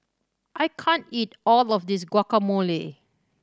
I can't eat all of this Guacamole